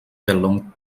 belong